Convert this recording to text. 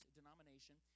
denomination